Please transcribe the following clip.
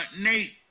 Nate